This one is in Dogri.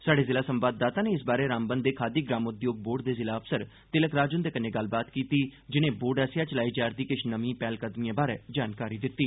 स्हाड़े जिला संवाददाता नै इस बारै रामबन दे खादी ग्रामउद्योग बोर्ड दे जिला अफसर तिलक राज हुंदे कन्नै गल्लबात कीती जिनें बोर्ड आसेआ चलाई जा'रदी किश नमिएं पैहलकदमिएं बारै जानकारी दित्ती